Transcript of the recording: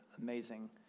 amazing